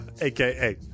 AKA